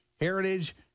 Heritage